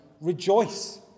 Rejoice